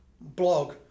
blog